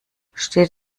steht